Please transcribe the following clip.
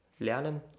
Lernen